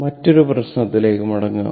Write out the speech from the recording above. മറ്റൊരു പ്രശ്നത്തിലേക്ക് മടങ്ങുക